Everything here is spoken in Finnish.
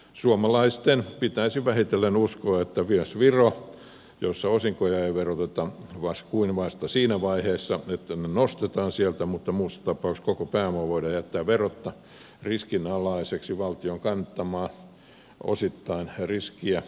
suomalaisten pitäisi vähitellen uskoa että myöskään virossa osinkoja ei veroteta kuin vasta siinä vaiheessa kun ne nostetaan sieltä mutta muussa tapauksessa koko pääoma voidaan jättää verotta riskinalaiseksi valtion kantaessa osittaista riskiä